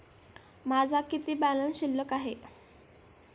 माझा किती बॅलन्स शिल्लक आहे?